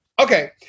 okay